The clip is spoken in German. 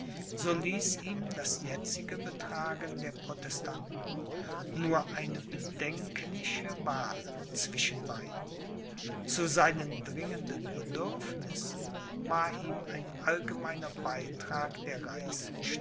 so ließ ihm das jetzige betragen der protestanten nur eine bedenkliche wahl zwischen beiden zu seinen dringenden bedürfnissen war ihm ein allgemeiner beitrag der